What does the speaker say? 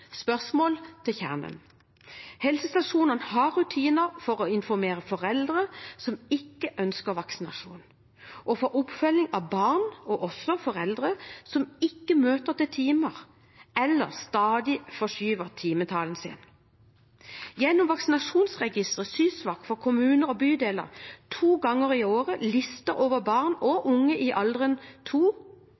spørsmål. Helsestasjonene har rutiner for å informere foreldre som ikke ønsker vaksinasjon, og for oppfølging av barn og foreldre som ikke møter til timer eller stadig forskyver timeavtalen sin. Gjennom vaksinasjonsregisteret SYSVAK får kommuner og bydeler to ganger i året en liste over barn og unge i alderen